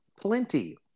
plenty